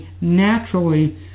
naturally